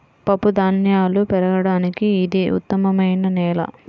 పప్పుధాన్యాలు పెరగడానికి ఇది ఉత్తమమైన నేల